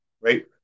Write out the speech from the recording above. right